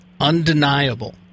Undeniable